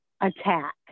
attack